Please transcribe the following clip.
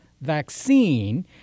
vaccine